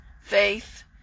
faith